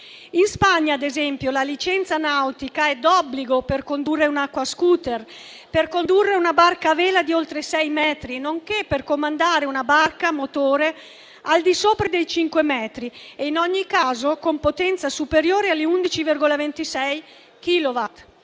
In Spagna, ad esempio, la licenza nautica è d'obbligo per condurre un acquascooter, per condurre una barca a vela di oltre sei metri, nonché per comandare una barca a motore al di sopra dei cinque metri e, in ogni caso, con potenza superiore agli 11,26 kilowatt.